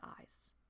eyes